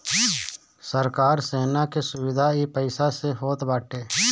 सरकार सेना के सुविधा इ पईसा से होत बाटे